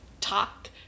talk